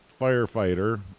firefighter